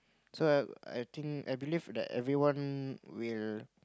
so I I think I believe that everyone will